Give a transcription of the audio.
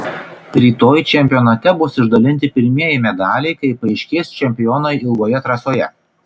rytoj čempionate bus išdalinti pirmieji medaliai kai paaiškės čempionai ilgoje trasoje